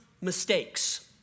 mistakes